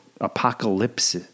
Apocalypse